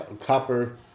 copper